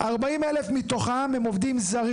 40,000 מתוכם הם עובדים זרים.